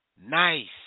nice